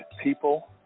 people